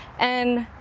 and